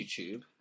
YouTube